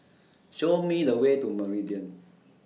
Show Me The Way to Meridian